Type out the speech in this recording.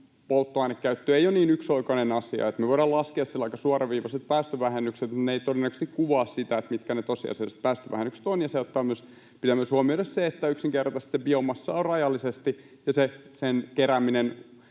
polttoainekäyttö ei ole niin yksioikoinen asia. Me voidaan laskea sille aika suoraviivaiset päästövähennykset, mutta ne eivät todennäköisesti kuvaa sitä, mitkä ne tosiasialliset päästövähennykset ovat, ja pitää myös huomioida, että yksinkertaisesti sitä biomassaa on rajallisesti ja varsinkin